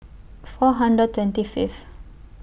four hundred twenty Fifth